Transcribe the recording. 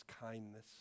kindness